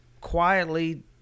quietly